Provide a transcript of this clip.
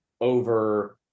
over